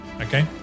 Okay